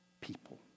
people